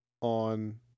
on